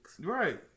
Right